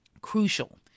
crucial